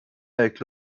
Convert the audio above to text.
avec